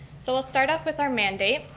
so we'll start off with our mandate.